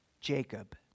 Jacob